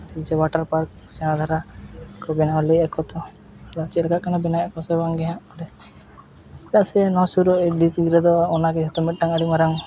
ᱡᱮ water park ᱥᱮᱬᱟ ᱫᱷᱟᱨᱟ ᱵᱮᱱᱟᱣ ᱞᱮᱫᱼᱟᱠᱚ ᱞᱟᱹᱭᱟᱠᱚ ᱛᱚ ᱟᱫᱚ ᱪᱮᱫᱞᱠᱟᱜ ᱠᱟᱱᱟ ᱵᱮᱱᱟᱣᱚᱜ ᱟᱠᱚ ᱥᱮ ᱵᱟᱝ ᱜᱮ ᱪᱮᱫᱟᱜ ᱥᱮ ᱱᱚᱣᱟ ᱥᱩᱨ ᱨᱮᱫᱚ ᱚᱱᱟ ᱜᱮ ᱱᱤᱛᱚᱜ ᱢᱤᱫᱴᱟᱝ ᱟᱹᱰᱤ ᱢᱟᱨᱟᱝ